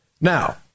Now